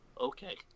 Okay